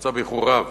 בוצע באיחור רב.